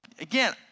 Again